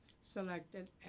selected